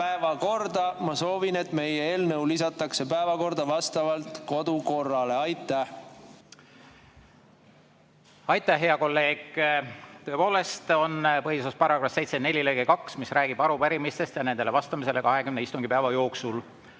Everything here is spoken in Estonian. päevakorda. Ma soovin, et meie eelnõu lisatakse päevakorda vastavalt kodukorrale. Aitäh, hea kolleeg! Tõepoolest, põhiseaduse § 74 lõige 2 räägib arupärimistest ja nendele vastamisest 20 istungipäeva jooksul.